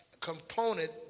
component